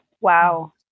Wow